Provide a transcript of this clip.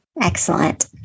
Excellent